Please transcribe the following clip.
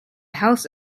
house